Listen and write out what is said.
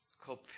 called